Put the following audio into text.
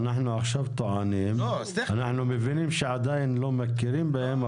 אנחנו מבינים שעדיין לא מכירים בהם,